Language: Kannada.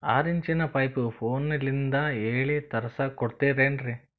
ಆರಿಂಚಿನ ಪೈಪು ಫೋನಲಿಂದ ಹೇಳಿ ತರ್ಸ ಕೊಡ್ತಿರೇನ್ರಿ?